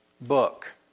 book